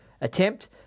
attempt